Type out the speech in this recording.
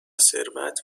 ثروت